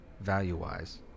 value-wise